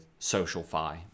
SocialFi